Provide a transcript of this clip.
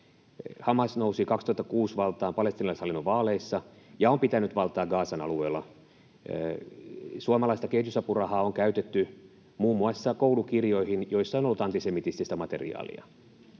Hamas nousi valtaan vuonna 2006 palestiinalaishallinnon vaaleissa ja on pitänyt valtaa Gazan alueella. Suomalaista kehitysapurahaa on käytetty muun muassa koulukirjoihin, joissa on ollut antisemitististä materiaalia.